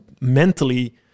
mentally